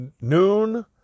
noon